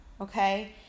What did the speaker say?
Okay